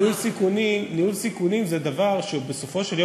ניהול סיכונים זה דבר שבסופו של יום